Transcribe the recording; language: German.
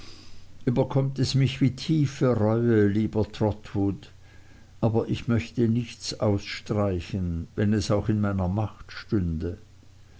überkommt es mich wie tiefe reue lieber trotwood aber ich möchte nichts ausstreichen wenn es auch in meiner macht stünde